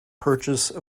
purchase